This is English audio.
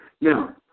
Now